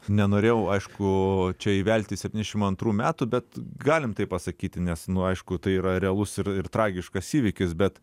nenorėjau aišku čia įvelti septyniasdešimt antrų metų bet galim taip pasakyti nes nu aišku tai yra realus ir ir tragiškas įvykis bet